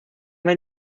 man